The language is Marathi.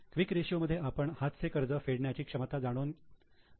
क्विक रेशियो मध्ये आपण हातचे कर्ज फेडण्याची क्षमता जाणून घ्यायचा प्रयत्न करीत आहोत